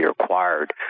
required